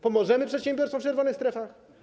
Pomożemy przedsiębiorcom w czerwonych strefach?